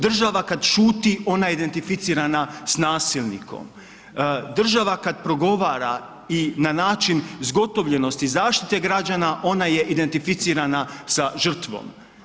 Država kada šuti ona je identificirana s nasilnikom, država kada progovara i na način zgotovljenosti zaštite građana ona je identificirana sa žrtvom.